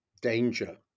danger